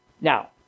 Now